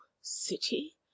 City